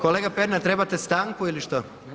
Kolega Pernar trebate stanku ili što?